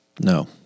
No